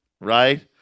Right